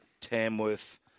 Tamworth